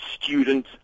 student